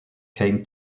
came